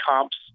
comps